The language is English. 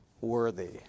Worthy